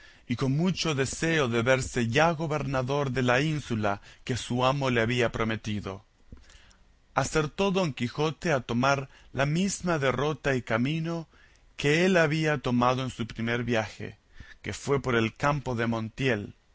y con mucho deseo de verse ya gobernador de la ínsula que su amo le había prometido acertó don quijote a tomar la misma derrota y camino que el que él había tomado en su primer viaje que fue por el campo de montiel